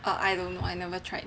I don't know I never tried it